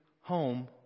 home